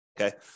Okay